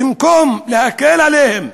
במקום להקל עליהם,